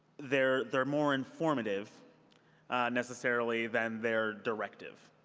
they're they're more informative necessarily than their directive.